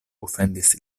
ofendis